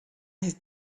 have